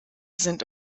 sind